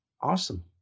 Awesome